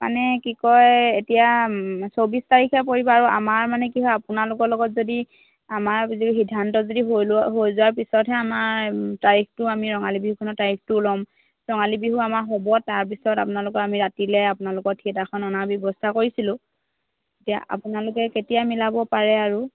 মানে কি কয় এতিয়া চৌবিছ তাৰিখে পৰিব আৰু আমাৰ মানে কি হয় আপোনালোকৰ লগত যদি আমাৰ যদি সিদ্ধান্ত যদি হৈ লোৱাৰ হৈ যোৱাৰ পিছতহে আমাৰ তাৰিখটো আমি ৰঙালী বিহুখনৰ তাৰিখটো ল'ম ৰঙালী বিহু আমাৰ হ'ব তাৰপিছত আপোনালোকৰ আমি ৰাতিলে আপোনালোকৰ থিয়েটাৰখন অনাৰ ব্যৱস্থা কৰিছিলোঁ এতিয়া আপোনালোকে কেতিয়া মিলাব পাৰে আৰু